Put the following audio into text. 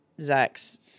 Zach's